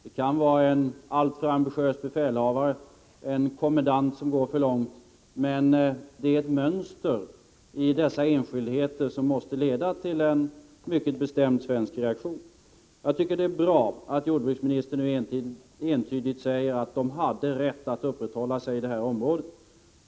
Det kan vara en alltför ambitiös befälhavare, en kommendant som går för långt, men det är ett mönster i dessa enskildheter som måste leda till en mycket bestämd svensk reaktion. Jag tycker att det är bra att jordbruksministern nu entydigt säger att fiskarna hade rätt att uppehålla sig i det här området.